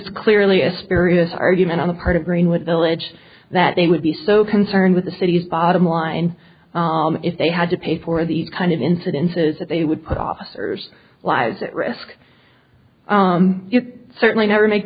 is clearly a spirit of argument on the part of greenwich village that they would be so concerned with the city's bottom line if they had to pay for these kind of incidences that they would put officers lives at risk certainly never make